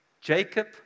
Jacob